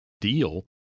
deal